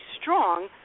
strong